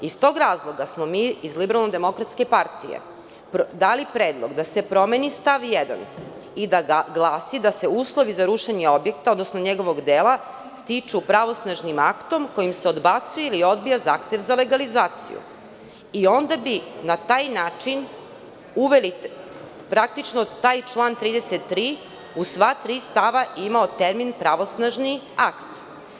Iz tog razloga smo mi iz LDP dali predlog da se promeni stav 1. i da glasi – da se uslovi za rušenje objekta, odnosno njegovog dela stiču pravosnažnim aktom kojim se odbacuje ili odbija zahtev za legalizaciju i onda bi na taj način uveli, praktično taj član 33. u sva tri stava imao termin pravosnažni akt.